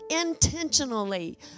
intentionally